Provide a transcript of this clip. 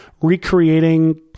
recreating